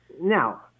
Now